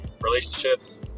relationships